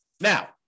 Now